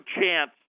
chance